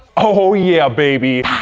oh yeah baby,